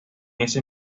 ese